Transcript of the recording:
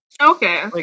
okay